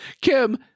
Kim